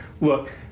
Look